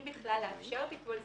אם בכלל לאפשר ביטול,